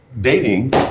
dating